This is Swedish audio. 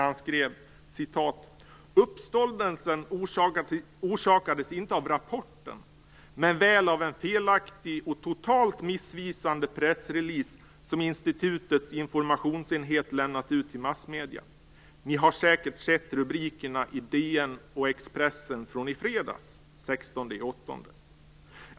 Han skrev: "Uppståndelsen orsakades inte av rapporten, men väl av en felaktig och totalt missvisande pressrelease som Institutets informationsenhet lämnat ut till massmedia. Ni har säkert sett rubrikerna i DN och Expressen från i fredags ?